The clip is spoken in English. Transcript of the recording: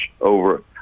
over